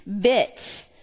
bit